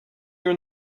your